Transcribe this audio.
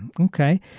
Okay